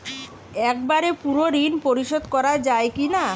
একবারে পুরো ঋণ পরিশোধ করা যায় কি না?